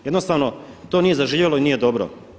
Jednostavno to nije zaživjelo i nije dobro.